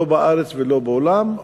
לא בארץ ולא בעולם,